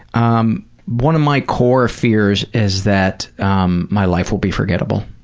um one of my core fears is that um my life will be forgettable,